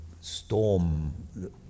storm